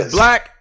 black